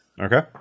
Okay